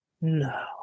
No